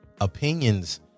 opinions